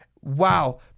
Wow